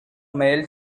male